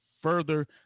further